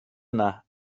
yna